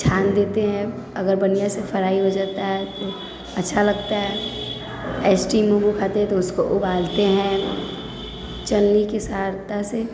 छान देते हैं अगर बढ़िआँसँ फ्राई हो जाता है अच्छा लगता है स्टीम मोमो खाते हैं तो उसको उबालते हैं छलनी की सहायता से